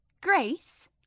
Grace